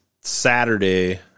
Saturday